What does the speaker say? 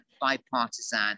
bipartisan